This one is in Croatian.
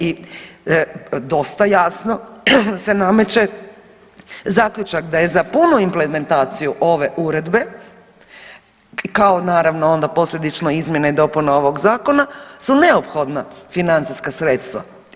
I dosta jasno se nameće zaključak da je za punu implementaciju ove Uredbe kao naravno onda posljedično izmjena i dopuna ovog zakona su neophodna financijska sredstva.